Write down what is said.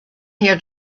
here